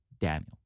Daniel